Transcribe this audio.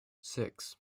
six